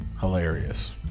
Hilarious